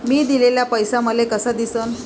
मी दिलेला पैसा मले कसा दिसन?